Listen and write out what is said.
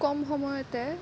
কম সময়তে